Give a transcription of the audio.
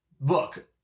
look